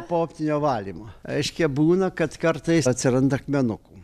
po optinio valymo reiškia būna kad kartais atsiranda akmenukų